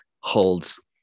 holds